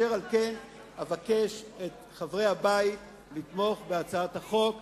אשר על כן, אבקש מחברי הבית לתמוך בהצעת החוק,